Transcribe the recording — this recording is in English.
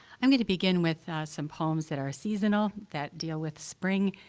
i'm gonna begin with some poems that are seasonal, that deal with spring,